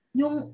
yung